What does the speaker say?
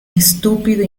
estúpido